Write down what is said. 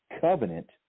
covenant